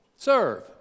Serve